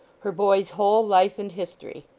her boy's whole life and history.